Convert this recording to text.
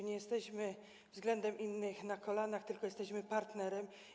Nie jesteśmy względem innych na kolanach, tylko jesteśmy partnerem.